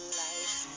life